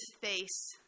face